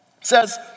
Says